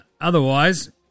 Otherwise